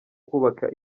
kubaka